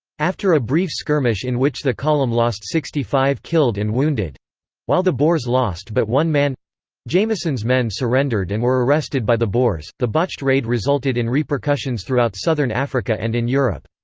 after a brief skirmish in which the column lost sixty five killed and wounded while the boers lost but one man jameson's men surrendered and were arrested by the boers the botched raid resulted in repercussions throughout southern africa and in europe.